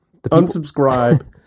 Unsubscribe